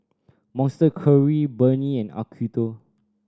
Monster Curry Burnie and Acuto